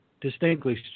distinctly